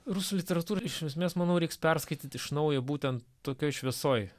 rusų literatūrą iš esmės manau reiks perskaityt iš naujo būtent tokioj šviesoj